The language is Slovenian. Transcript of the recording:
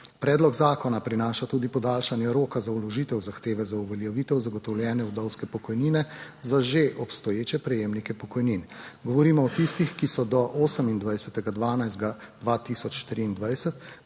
Predlog zakona prinaša tudi podaljšanje roka za vložitev zahteve za uveljavitev zagotovljene vdovske pokojnine za že obstoječe prejemnike pokojnin. Govorimo o tistih, ki so do 28. 12. 2023,